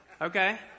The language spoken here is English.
Okay